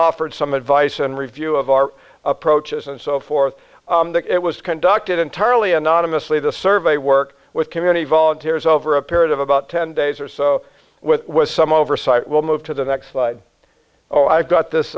offered some advice and review of our approaches and so forth it was conducted entirely anonymously the survey work with community volunteers over a period of about ten days or so with some oversight will move to the next oh i've got this